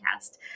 podcast